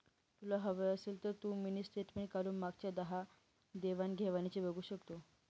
तुला हवं असेल तर तू मिनी स्टेटमेंट काढून मागच्या दहा देवाण घेवाणीना बघू शकते